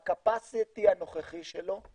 בקפסיטי הנוכחי שלו,